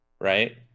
right